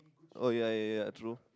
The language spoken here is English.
oh ya ya ya true